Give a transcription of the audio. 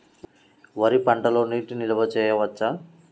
వరి పంటలో నీటి నిల్వ చేయవచ్చా?